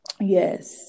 Yes